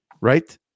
right